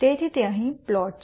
તેથી તે અહીં પ્લોટ છે